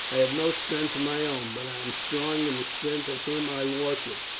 i have no strength of my own, but i am strong in the strength of him i worship.